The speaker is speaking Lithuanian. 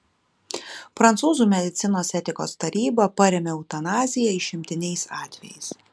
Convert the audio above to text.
prancūzų medicinos etikos taryba parėmė eutanaziją išimtiniais atvejais